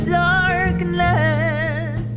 darkness